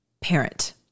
parent